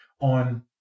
on